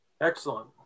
Excellent